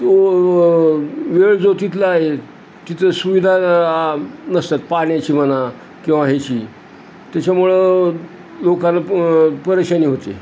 तो वेळ जो तिथला आहे तिथलं सुविधा नसतात पाण्याची म्हणा किंवा हेची त्याच्यामुळं लोकांना प परेशानी होते